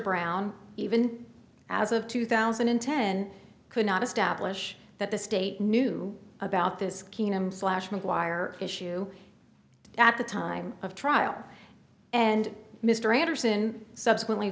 brown even as of two thousand and ten could not establish that the state knew about this keenum flash maguire issue at the time of trial and mr anderson subsequently